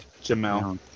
Jamal